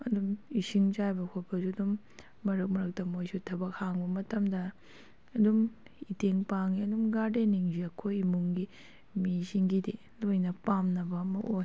ꯑꯗꯨꯝ ꯏꯁꯤꯡ ꯆꯥꯏꯕ ꯈꯣꯠꯄꯁꯨ ꯑꯗꯨꯝ ꯃꯔꯛ ꯃꯔꯛꯇ ꯃꯣꯏꯁꯨ ꯊꯕꯛ ꯍꯥꯡꯕ ꯃꯇꯝꯗ ꯑꯗꯨꯝ ꯏꯇꯦꯡ ꯄꯥꯡꯉꯤ ꯑꯗꯨꯝ ꯒꯥꯔꯗꯦꯟꯅꯤꯡꯁꯦ ꯑꯩꯈꯣꯏ ꯏꯃꯨꯡꯒꯤ ꯃꯤꯁꯤꯡꯒꯤꯗꯤ ꯂꯣꯏꯅ ꯄꯥꯝꯅꯕ ꯑꯃ ꯑꯣꯏ